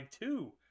two